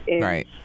Right